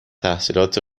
تحصیلات